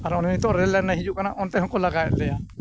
ᱟᱨ ᱩᱱᱤ ᱱᱤᱛᱳᱜ rail line ᱦᱤᱡᱩᱜ ᱠᱟᱱᱟ ᱚᱱᱛᱮ ᱦᱚᱸᱠᱚ ᱞᱟᱜᱟᱭᱮᱫ ᱞᱮᱭᱟ